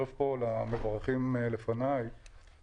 אנחנו קוראים לזה גיליוטינה כי זה ממש